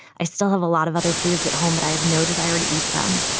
i still have a lot of other foods at home, but i have no desire to eat them.